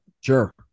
Sure